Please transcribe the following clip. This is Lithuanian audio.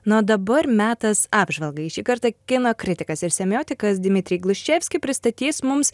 na o dabar metas apžvalgai šį kartą kino kritikas ir semiotikas dmitrij gluščevskij pristatys mums